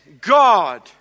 God